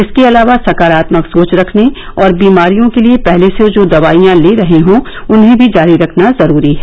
इसके अलावा सकारात्मक सोच रखने और बीमारियों के लिए पहले से जो दवाईयां ले रहे हों उन्हें भी जारी रखना जरूरी है